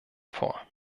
vor